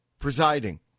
presiding